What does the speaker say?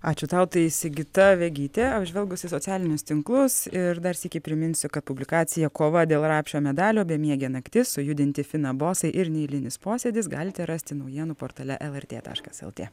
ačiū tau tai sigita vegytė apžvelgusi socialinius tinklus ir dar sykį priminsiu kad publikacija kova dėl rapšio medalio bemiegė naktis sujudinti fina bosai ir neeilinis posėdis galite rasti naujienų portale lrt taškas lt